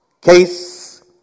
Case